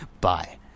bye